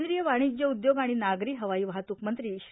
केंद्रीय वाणिज्य उद्योग आणि नागरी हवाई वाहतूक मंत्री श्री